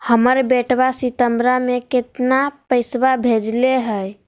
हमर बेटवा सितंबरा में कितना पैसवा भेजले हई?